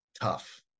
tough